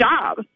job